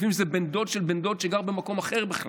לפעמים זה בן דוד של בן דוד, שגר במקום אחר בכלל.